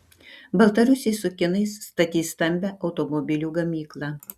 baltarusiai su kinais statys stambią automobilių gamyklą